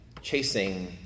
chasing